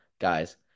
guys